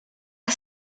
que